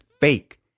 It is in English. fake